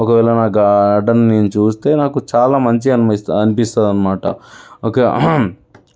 ఒకవేళ నా గార్డెన్ నేను చూస్తే నాకు చాలా మంచిగా అనిపిస్త అనిపిస్తుంది అన్నమాట ఓకే